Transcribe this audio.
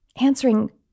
answering